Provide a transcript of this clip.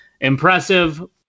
Impressive